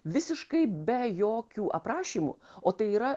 visiškai be jokių aprašymų o tai yra